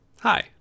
Hi